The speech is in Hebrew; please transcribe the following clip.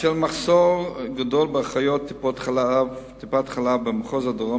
בשל מחסור גדול באחיות טיפת-חלב במחוז הדרום